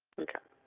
ok.